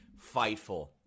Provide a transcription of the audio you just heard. fightful